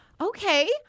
okay